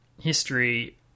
history